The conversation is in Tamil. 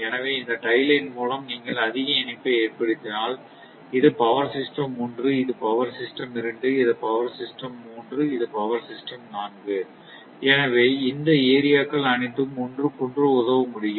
எனவே இந்த டை லைன் மூலம் நீங்கள் அதிக இணைப்பை ஏற்படுத்தினால் இது பவர் சிஸ்டம் ஒன்று இது பவர் சிஸ்டம் இரண்டு இது பவர் சிஸ்டம் மூன்று இது பவர் சிஸ்டம் நான்கு எனவே இந்த ஏரியா க்கள் அனைத்தும் ஒன்றுக்கொன்று உதவ முடியும்